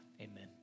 Amen